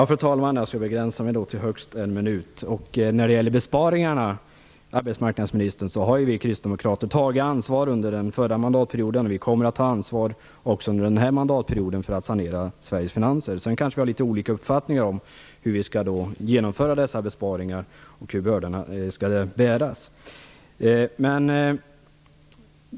Fru talman! Jag skall begränsa mig till högst en minut. När det gäller besparingarna, arbetsmarknadsministern, har vi kristdemokrater tagit ansvar under den förra mandatperioden. Vi kommer att ta ansvar också under den här mandatperioden för att sanera Sveriges finanser. Men vi kanske har litet olika uppfattningar om hur vi skall genomföra dessa besparingar och hur bördorna skall bäras.